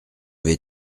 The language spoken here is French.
vais